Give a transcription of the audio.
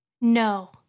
No